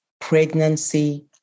pregnancy